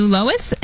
Lois